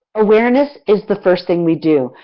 awareness is the first thing we do.